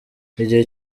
igihe